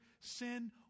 sin